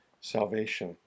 salvation